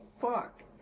fuck